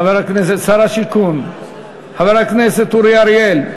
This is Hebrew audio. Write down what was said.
שר השיכון, חבר הכנסת אורי אריאל.